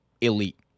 elite